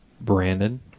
Brandon